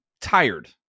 tired